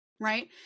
right